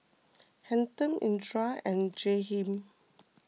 Hampton Edra and Jaheem